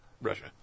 Russia